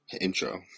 intro